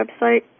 website